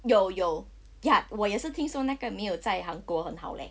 有有 ya but 我也是听说那个没有在韩国很好 leh